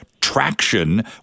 traction